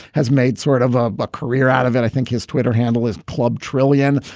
has made sort of a but career out of it. i think his twitter handle is klub trillion,